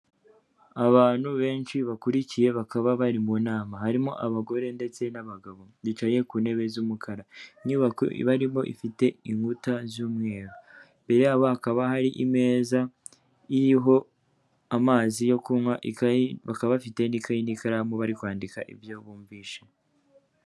Abantu benshi bakurikiye bakaba bari mu nama, harimo abagore ndetse n'abagabo bicaye ku ntebe z'umukara, Inyubako barimo ifite inkuta z'umweru, imbere yabo hakaba hari imeza iriho amazi yo kunywa, ikayi, bakaba bafite ikayi n'ikaramu bari kwandika ibyo bumvishe.